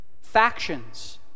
factions